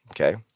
okay